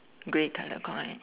grey colour correct